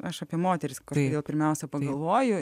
aš apie moteris kuri pirmiausia pagalvojo